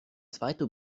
zweite